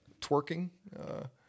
twerking